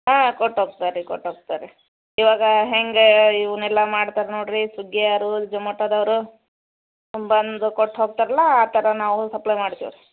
ಹಾಂ ಕೊಟ್ಟು ಹೋಗ್ತಾರಿ ಕೊಟ್ಟು ಹೋಗ್ತಾರೆ ಇವಾಗ ಹೆಂಗೆ ಇವನ್ನೆಲ್ಲ ಮಾಡ್ತಾರೆ ನೋಡಿರಿ ಸ್ವಿಗ್ಗಿಯೋರು ಝೊಮ್ಯಾಟೊದವರು ಬಂದು ಕೊಟ್ಟು ಹೋಗ್ತಾರಲ್ಲ ಆ ಥರ ನಾವು ಸಪ್ಲೈ ಮಾಡ್ತೀವಿ ರೀ